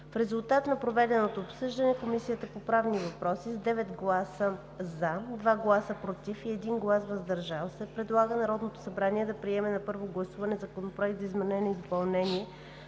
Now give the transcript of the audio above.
В резултат на проведеното обсъждане Комисията по правни въпроси с 9 гласа „за“, 2 гласа „против“ и 1 глас „въздържал се“ предлага на Народното събрание да приеме на първо гласуване Законопроект за изменение и допълнение